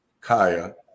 Kaya